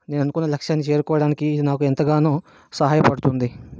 నేను అనుకున్న లక్ష్యాన్ని చేరుకోవడానికి ఇది నాకు ఎంతగానో సహాయపడుతుంది